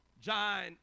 John